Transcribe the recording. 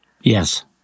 yes